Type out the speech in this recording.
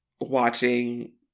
watching